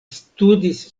studis